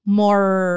more